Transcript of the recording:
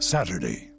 Saturday